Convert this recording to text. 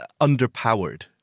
underpowered